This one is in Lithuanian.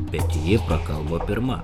bet ji prakalbo pirma